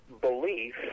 belief